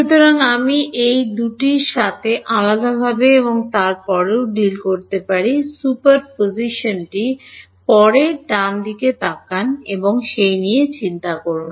সুতরাং আমি এই দুটিয়ের সাথে আলাদাভাবে এবং তারপরেও ডিল করতে পারি সুপারপজিশনটি পরে ডানদিকে নিয়ে চিন্তা করুন